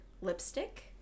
lipstick